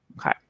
okay